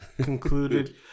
concluded